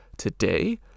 today